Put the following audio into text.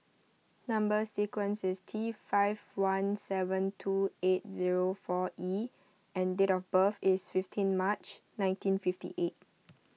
Number Sequence is T five one seven two eight zero four E and date of birth is fifteenth March nineteen fifty eight